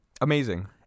amazing